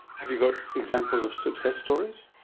have you got examples of success stories?